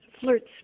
flirts